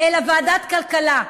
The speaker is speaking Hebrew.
אלא ועדת הכלכלה,